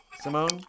Simone